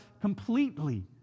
completely